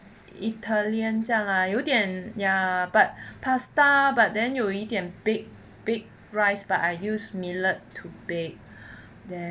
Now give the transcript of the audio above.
italian 这样 lah 有一点 ya but pasta but then 有一点 baked baked rice but I use millard to bake